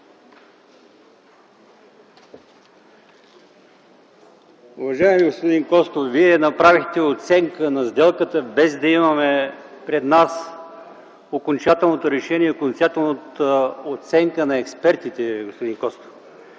Уважаеми господин Костов, Вие направихте оценка на сделката, без да имаме пред нас окончателното решение, окончателната оценка на експертите, господин Костов.